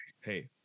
Hey